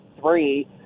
three